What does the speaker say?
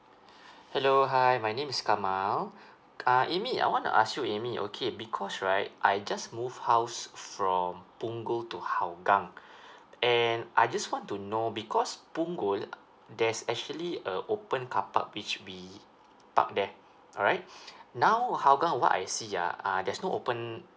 hello hi my name is kamil uh amy I wanna ask you amy okay because right I just moved house from punggol to hougang and I just want to know because punggol there's actually a open carpark which we park there alright now hougang what I see ah uh there's no open